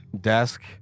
desk